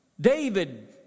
David